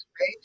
right